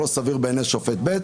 לא סביר בעיני שופט ב',